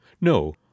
No